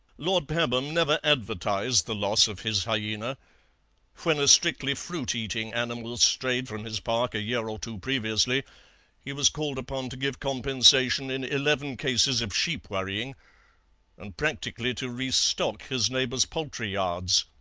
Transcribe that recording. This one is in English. lord pabham never advertised the loss of his hyaena when a strictly fruit-eating animal strayed from his park a year or two previously he was called upon to give compensation in eleven cases of sheep-worrying and practically to re-stock his neighbours' poultry-yards,